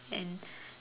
and